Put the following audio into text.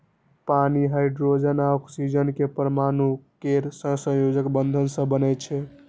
पानि हाइड्रोजन आ ऑक्सीजन के परमाणु केर सहसंयोजक बंध सं बनै छै